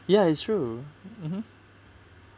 ya it's true mmhmm